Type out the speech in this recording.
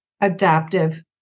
adaptive